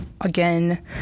again